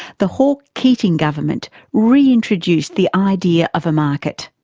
the hawke keating government reintroduced the idea of a market.